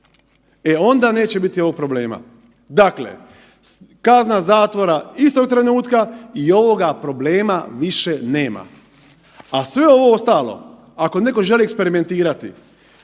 E onda neće biti ovog problema. Dakle, kazna zatvora istog trenutka i ovoga problema više nema. A sve ovo ostalo, ako netko želi eksperimentirati,